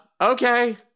Okay